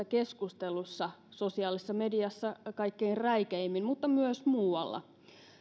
keskustelussa sosiaalisessa mediassa kaikkein räikeimmin mutta myös muualla